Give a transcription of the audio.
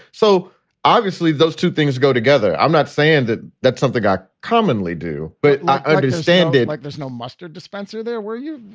so obviously those two things go together. i'm not saying that that's something i commonly do, but i understand it like there's no mustard dispenser there. were you?